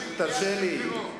תרשה לי.